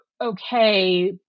okay